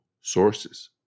sources